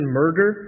murder